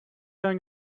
going